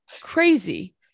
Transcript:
crazy